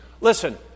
Listen